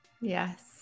Yes